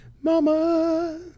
mama